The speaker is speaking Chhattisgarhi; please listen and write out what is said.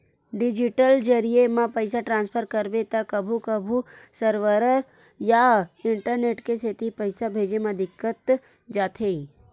डिजिटल जरिए म पइसा ट्रांसफर करबे त कभू कभू सरवर या इंटरनेट के सेती पइसा भेजे म दिक्कत जाथे